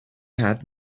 had